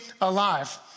alive